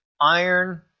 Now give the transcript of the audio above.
iron